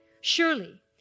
Surely